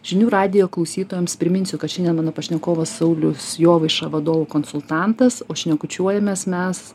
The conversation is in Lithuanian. žinių radijo klausytojams priminsiu kad šiandien mano pašnekovas saulius jovaiša vadovų konsultantas o šnekučiuojamės mes